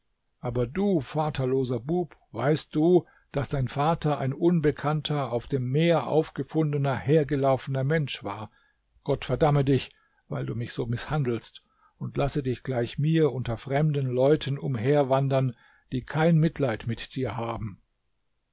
aber du vaterloser bub weißt du daß dein vater ein unbekannter auf dem meer aufgefundener hergelaufener mensch war gott verdamme dich weil du mich so mißhandelst und lasse dich gleich mir unter fremden leuten umherwandern die kein mitleid mit dir haben